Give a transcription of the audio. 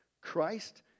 Christ